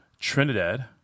Trinidad